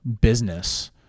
business